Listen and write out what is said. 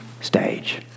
stage